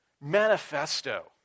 manifesto